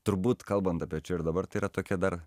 turbūt kalbant apie čia ir dabar tai yra tokia dar